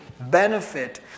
benefit